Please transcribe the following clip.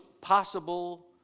possible